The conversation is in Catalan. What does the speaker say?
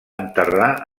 enterrar